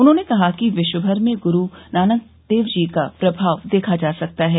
उन्होंने कहा कि विश्वमर में गुरु नानकदेव जी का प्रभाव देखा जा सकता है